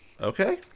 Okay